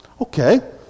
Okay